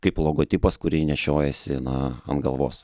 kaip logotipas kurį nešiojasi na ant galvos